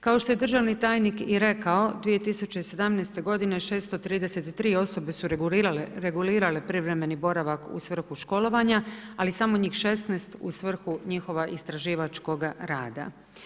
Kao što je državni tajnik i rekao 2017. godine 633 osobe su regulirale privremeni boravak u svrhu školovanja ali samo njih 16 u svrhu njihova istraživačkoga rada.